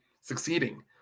succeeding